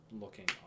looking